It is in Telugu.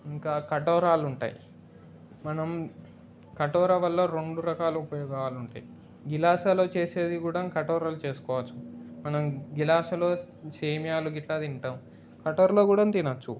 ఇంకా కటోరాలుంటాయి మనం కటోర వల్ల రెండు రకాల ఉపయోగాలుంటాయి గ్లాసులో చేసేది కూడా కటోరలో చేసుకోవచ్చు మనం గ్లాసులో సేమ్యాలు గట్రా తింటాము కటోరలో కూడా తినవచ్చు